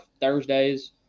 Thursdays